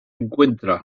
encuentran